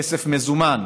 כסף מזומן,